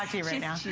ah you right now